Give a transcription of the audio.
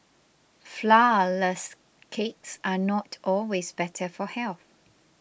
Flourless Cakes are not always better for health